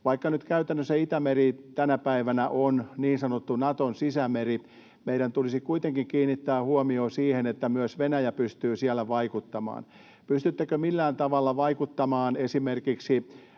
Vaikka nyt käytännössä Itämeri tänä päivänä on niin sanottu Naton sisämeri, meidän tulisi kuitenkin kiinnittää huomiota siihen, että myös Venäjä pystyy siellä vaikuttamaan. Pystyttekö millään tavalla vaikuttamaan esimerkiksi